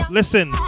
listen